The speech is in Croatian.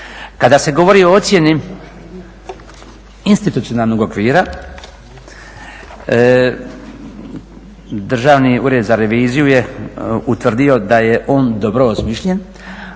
Kada se govori o ocjeni institucionalnog okvira Državni ured za reviziju je utvrdio da je on dobro osmišljen